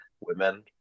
women